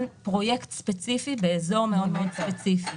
פרויקט ספציפי באזור מאוד מאוד ספציפי.